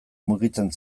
mugitzen